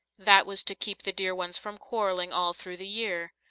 that was to keep the dear ones from quarreling all through the year.